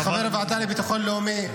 כחבר הוועדה לביטחון לאומי,